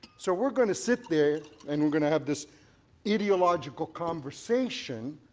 so we're going to sit there and we're going to have this ideological conversation